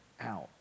out